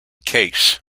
case